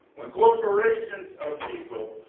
when corporations are people,